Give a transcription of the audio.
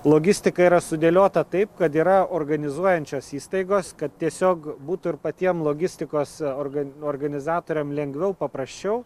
logistika yra sudėliota taip kad yra organizuojančios įstaigos kad tiesiog būtų ir patiem logistikos organ organizatoriam lengviau paprasčiau